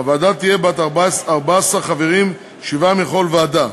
הוועדה תהיה בת 14 חברים, שבעה מכל ועדה.